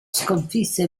sconfisse